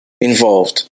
Involved